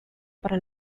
para